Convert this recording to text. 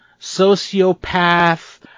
sociopath